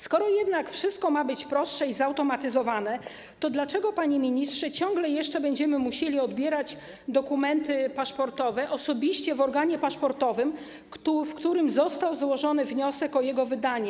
Skoro jednak wszystko ma być prostsze i zautomatyzowane, to dlaczego, panie ministrze, ciągle jeszcze będziemy musieli odbierać dokumenty paszportowe osobiście w organie paszportowym, w którym został złożony wniosek o jego wydanie?